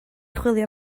chwilio